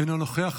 אינו נוכח,